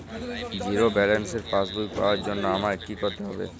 Zero ব্যালেন্সের পাসবই পাওয়ার জন্য আমায় কী করতে হবে?